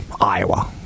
Iowa